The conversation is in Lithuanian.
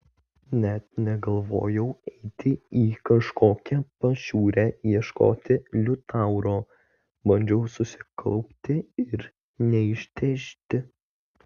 net negalvojau eiti į kažkokią pašiūrę ieškoti liutauro bandžiau susikaupti ir neištežti